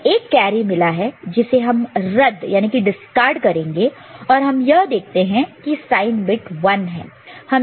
हमें एक कैरी मिला है जिसे हम रद्द डिस्कार्ड discard करेंगे और हम यह देखते हैं कि साइन बिट 1 है